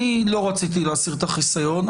הוא לא רצה להסיר את החיסיון,